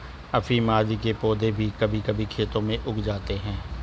अफीम आदि के पौधे भी कभी कभी खेतों में उग जाते हैं